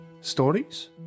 stories